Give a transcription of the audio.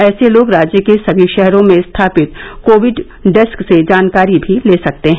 ऐसे लोग राज्य के सभी शहरों में स्थापित कोविड डेस्क से जानकारी भी ले सकते हैं